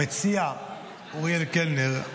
המציע אריאל קלנר,